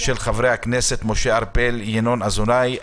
של חברי הכנסת משה ארבל וינון אזולאי,